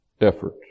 effort